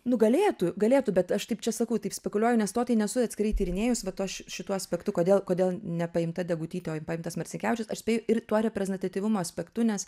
nu galėtų galėtų bet aš taip čia sakau taip spekuliuoju nes to tai nesu atskirai tyrinėjus va tuo ši šituo aspektu kodėl kodėl nepaimta degutytė o paimtas marcinkevičius aš spėju ir tuo reprezentatyvumo aspektu nes